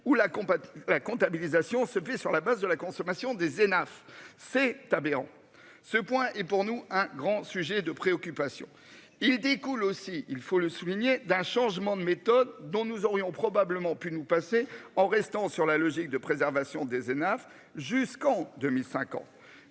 la comptabilisation se fait sur la base de la consommation des Hénaff. C'est aberrant. Ce point est pour nous un grand sujet de préoccupation. Il découle aussi il faut le souligner d'un changement de méthode dont nous aurions probablement pu nous passer en restant sur la logique de préservation des Hénaff jusqu'en 2005